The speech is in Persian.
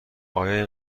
آیا